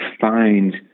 find